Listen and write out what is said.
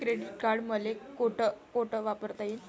Credit card मले कोठ कोठ वापरता येईन?